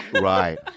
Right